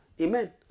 Amen